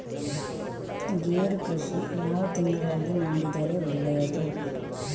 ಗೇರು ಕೃಷಿ ಯಾವ ತಿಂಗಳಲ್ಲಿ ಮಾಡಿದರೆ ಒಳ್ಳೆಯದು?